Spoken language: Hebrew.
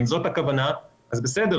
אם זאת הכוונה אז בסדר,